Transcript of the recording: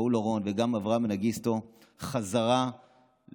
שאול אורון וגם אברה מנגיסטו חזרה הביתה,